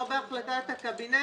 לא בהחלטת הקבינט,